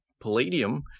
Palladium